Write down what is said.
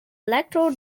electoral